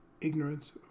ignorance